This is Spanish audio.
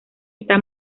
está